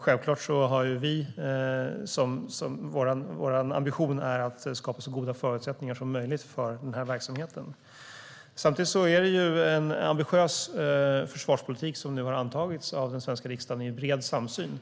Självklart är vår ambition att skapa så goda förutsättningar som möjligt för den här verksamheten. Samtidigt är det en ambitiös försvarspolitik som nu har antagits av den svenska riksdagen i bred samsyn